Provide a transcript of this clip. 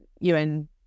UN